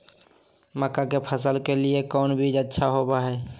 मक्का के फसल के लिए कौन बीज अच्छा होबो हाय?